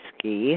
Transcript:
Ski